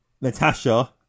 Natasha